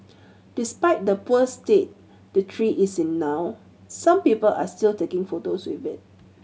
despite the poor state the tree is in now some people are still taking photos with it